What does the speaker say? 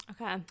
Okay